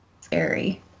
scary